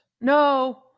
No